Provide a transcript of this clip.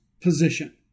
position